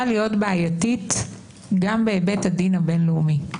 להיות בעייתית גם בהיבט הדין הבין-לאומי.